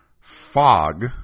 Fog